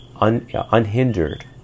unhindered